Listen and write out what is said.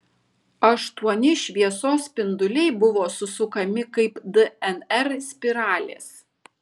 aštuoni šviesos spinduliai buvo susukami kaip dnr spiralės